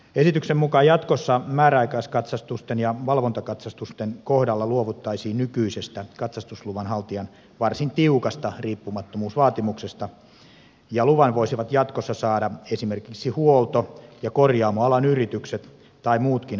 esityksen mukaan jatkossa määräaikaiskatsastusten ja valvontakatsastusten kohdalla luovuttaisiin nykyisestä katsastusluvan haltijan varsin tiukasta riippumattomuusvaatimuksesta ja luvan voisivat jatkossa saada esimerkiksi huolto ja korjaamoalan yritykset tai muutkin ajoneuvoalalla toimivat